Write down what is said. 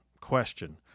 question